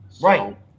Right